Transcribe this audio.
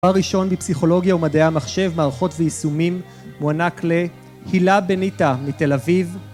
דבר ראשון בפסיכולוגיה ומדעי המחשב, מערכות ויישומים, מוענק ל, הילה בניטה מתל אביב